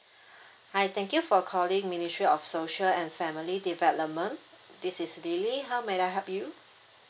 hi thank you for calling ministry of social and family development this is lily how may I help you